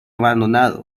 abandonado